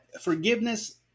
forgiveness